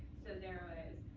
so there was